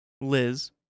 Liz